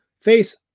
face